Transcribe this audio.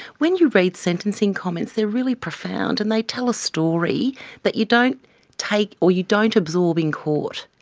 when you read sentencing comments, they are really profound and they tell a story that you don't take or you don't absorb in court.